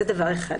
זה דבר אחד.